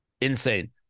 insane